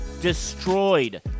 Destroyed